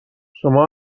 شما